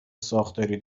ساختاری